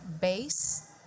base